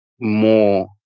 more